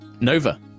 Nova